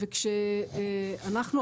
כשאנחנו,